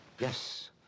Yes